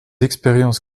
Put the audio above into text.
expériences